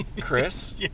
Chris